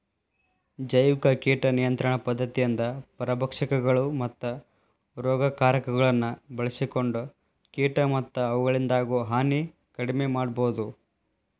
ಜೈವಿಕ ಕೇಟ ನಿಯಂತ್ರಣ ಪದ್ಧತಿಯಿಂದ ಪರಭಕ್ಷಕಗಳು, ಮತ್ತ ರೋಗಕಾರಕಗಳನ್ನ ಬಳ್ಸಿಕೊಂಡ ಕೇಟ ಮತ್ತ ಅವುಗಳಿಂದಾಗೋ ಹಾನಿ ಕಡಿಮೆ ಮಾಡಬೋದು